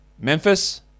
Memphis